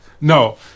no